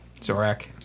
Zorak